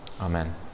Amen